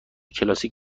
کلاسیک